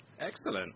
Excellent